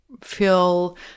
feel